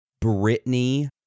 Britney